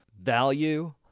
value